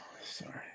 sorry